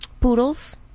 poodles